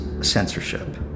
censorship